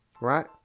right